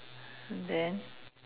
then